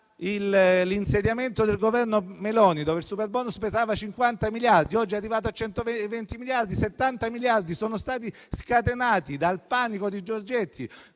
dall'insediamento del Governo Meloni, quando il superbonus pesava 50 miliardi, oggi è arrivato a 120 miliardi; 70 miliardi sono stati scatenati dal panico di Giorgetti,